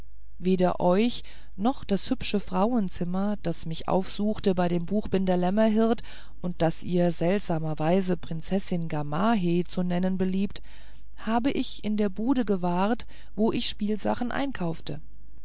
weder euch noch das hübsche frauenzimmer das mich aufsuchte bei dem buchbinder lämmerhirt und das ihr seltsamerweise prinzessin gamaheh zu nennen beliebt habe ich in der bude gewahrt wo ich spielsachen einkaufte